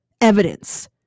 evidence